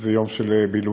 שזה יום של בילויים,